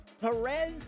Perez